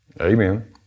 Amen